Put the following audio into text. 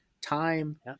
time